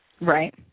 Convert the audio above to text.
Right